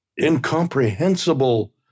incomprehensible